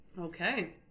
Okay